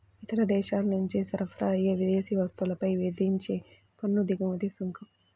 ఇతర దేశాల నుంచి సరఫరా అయ్యే విదేశీ వస్తువులపై విధించే పన్ను దిగుమతి సుంకం